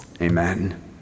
Amen